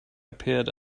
appeared